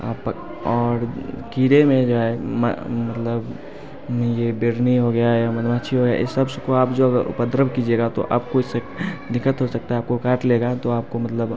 और कीड़े में जो है मतलब ये बिर्हनी हो गया या मधुमक्खी हो गया इस सबसे तो आप जो है उपद्रव कीजिएगा तो आपको इससे दिक्कत हो सकता है आपको काट लेगा तो आपको मतलब